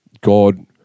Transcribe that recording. God